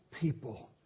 people